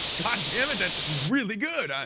goddammit, that's really good.